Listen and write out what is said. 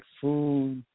food